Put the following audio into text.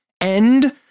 end